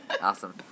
awesome